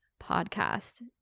podcast